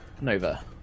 Nova